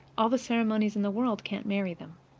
all the ceremonies in the world can't marry them.